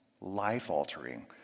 life-altering